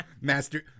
Master